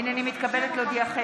הינני מתכבדת להודיעכם,